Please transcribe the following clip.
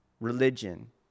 religion